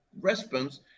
response